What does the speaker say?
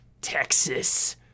Texas